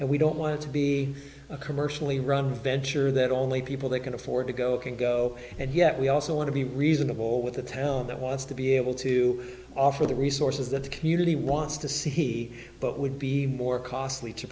and we don't want to be a commercially run venture that only people they can afford to go can go and yet we also want to be reasonable with the tell that was to be able to offer the resources that the community wants to see but would be more costly to